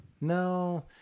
No